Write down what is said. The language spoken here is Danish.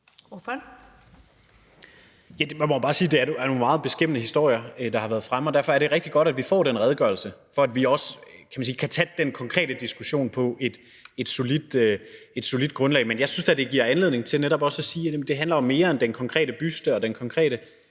Kjær (S): Man må bare sige, at det er nogle meget beskæmmende historier, der har været fremme. Derfor er det rigtig godt, at vi får den redegørelse, så vi også kan tage den konkrete diskussion på et solidt grundlag. Men jeg synes da, at det netop giver anledning til at sige, at det handler om mere end den konkrete buste og den konkrete